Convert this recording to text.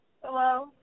Hello